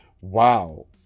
Wow